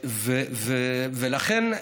ולכן,